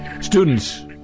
Students